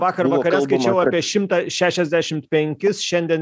vakar vakare skaičiau apie šimtą šešiasdešimt penkis šiandien